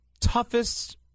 toughest